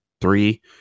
three